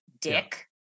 dick